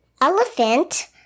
Elephant